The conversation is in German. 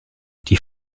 die